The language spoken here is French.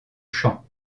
chant